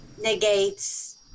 negates